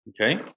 Okay